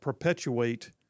perpetuate